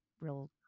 real